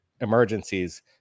emergencies